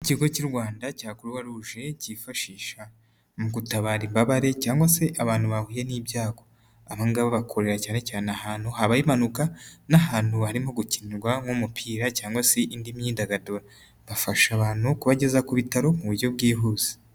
Ikigo cy'u Rwanda cya Croix rouge kifashisha mu gutabara imbabare cyangwa se abantu bahuye n'ibyago, aba ngaba bakorera cyane cyane ahantu habaye impanuka n'ahantu harimo gukinirwa nk'umupira cyangwa se indi myidagaduro, bafasha abantu kubageza ku bitaro mu buryo bwihuse.